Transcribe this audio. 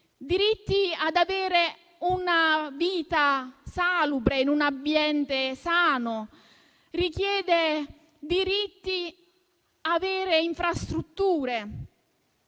diritto ad avere una vita salubre in un ambiente sano, il diritto ad avere infrastrutture.